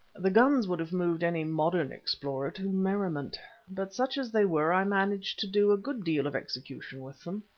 the guns would have moved any modern explorer to merriment but such as they were i managed to do a good deal of execution with them.